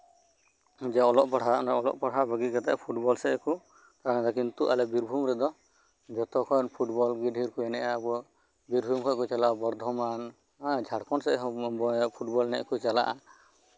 ᱡᱮ ᱚᱞᱚᱜ ᱯᱟᱲᱦᱟᱜ ᱚᱱᱟ ᱚᱞᱚᱜ ᱯᱟᱲᱦᱟᱜ ᱵᱟᱹᱜᱤ ᱠᱟᱛᱮ ᱜᱮ ᱠᱤᱱᱛᱩ ᱯᱷᱩᱴᱵᱚᱞ ᱥᱮᱡ ᱜᱮᱠᱚ ᱨᱟᱜᱟ ᱠᱤᱱᱛᱩ ᱟᱞᱮ ᱵᱤᱨᱵᱷᱩᱢ ᱨᱮᱫᱚ ᱡᱷᱚᱛᱚ ᱠᱷᱚᱱ ᱯᱷᱩᱴᱵᱚᱞ ᱜᱮ ᱰᱷᱮᱨ ᱠᱚ ᱮᱱᱮᱡᱼᱟ ᱵᱤᱨᱵᱷᱩᱢ ᱠᱷᱚᱡ ᱠᱚ ᱪᱟᱞᱟᱜᱼᱟ ᱵᱚᱨᱫᱷᱚᱢᱟᱱ ᱦᱟᱸ ᱦᱟᱱᱮ ᱡᱷᱟᱲᱠᱷᱚᱱᱰ ᱥᱮᱡ ᱦᱚᱸᱠᱚ ᱪᱟᱞᱟᱜᱼᱟ